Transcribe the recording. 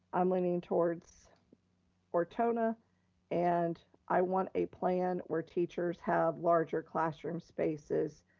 i'm leaning towards ortona and i want a plan where teachers have larger classroom spaces,